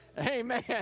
Amen